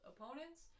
opponents